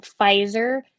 Pfizer